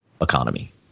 economy